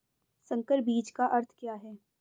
संकर बीज का अर्थ क्या है?